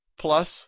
plus